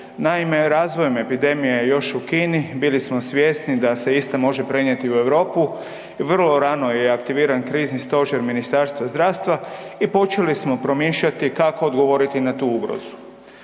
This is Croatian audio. Naime, razvojem epidemije još u Kini bili smo svjesni da se ista može prenijeti u Europu i vrlo rano je aktiviran krizni stožer Ministarstva zdravstva i počeli smo promišljati kako odgovoriti na tu ugrozu.